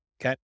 Okay